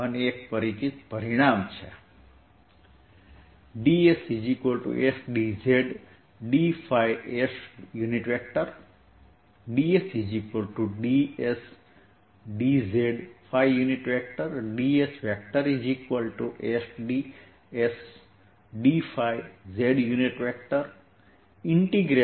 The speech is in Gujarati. અને જો મારે મેગ્નીટ્યૂડ ગણવું હોય તો એરિયા RdzdϕRh